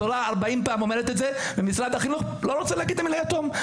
התורה 40 פעם אומרת את זה ומשרד החינוך לא רוצה להגיד את המילה "יתום".